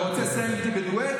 אתה רוצה לסיים איתי בדואט?